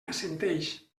assenteix